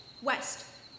West